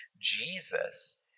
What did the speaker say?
Jesus